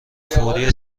فوری